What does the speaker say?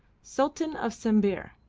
sultan of sambir.